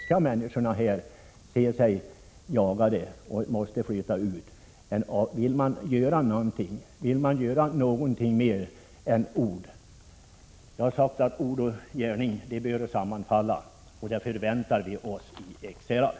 Skall människorna där känna sig jagade och tvungna att flytta därifrån? Vill regeringen göra någonting mer än bara i ord? Jag anser att ord och gärning bör sammanfalla. Det förväntar vi oss i Ekshärad.